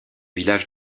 village